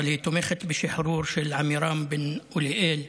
אבל היא תומכת בשחרור של עמירם בן אוליאל,